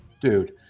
dude